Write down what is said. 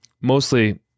mostly